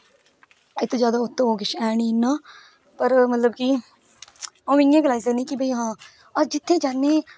औखा ते एह् नेईं इन्ना पर मतलब कि हून इयां गलाई सकनी कि हां अज्ज इत्थै जन्ने